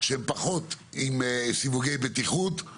שהם פחות עם סיווגי בטיחות.